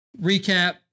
recap